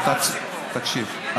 תקשיב,